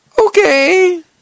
Okay